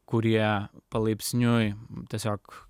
kurie palaipsniui tiesiog